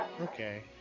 Okay